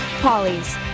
Polly's